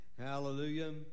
Hallelujah